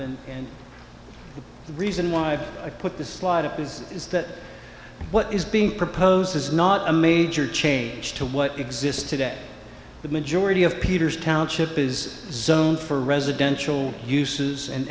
and and the reason why i put this slide up is is that what is being proposed is not a major change to what exists today the majority of peter's township is zone for residential uses and